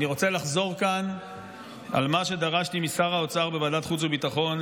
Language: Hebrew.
אני רוצה לחזור כאן על מה שדרשתי משר האוצר בוועדת החוץ והביטחון,